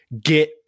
Get